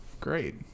great